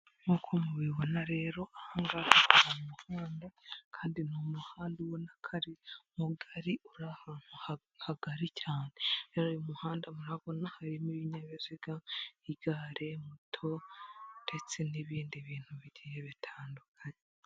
Nk'uko mubibona rero, aha ngaha hari umuhanda kandi ni umuhanda ubona ko ari mugari uri ahantu hagari cyane. Rero uyu muhanda murabona harimo ibinyabiziga, igare, moto ndetse n'ibindi bintu bigiye bitandukanye.